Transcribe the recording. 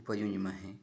उपयुञ्ज्महे